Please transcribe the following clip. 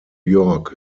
york